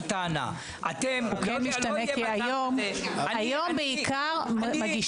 הוא משתנה כי היום מד"א מגיש בעיקר.